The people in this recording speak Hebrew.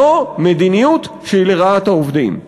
זו מדיניות שהיא לרעת העובדים.